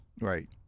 Right